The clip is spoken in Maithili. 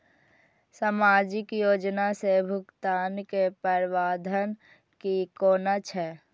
सामाजिक योजना से भुगतान के प्रावधान की कोना छै?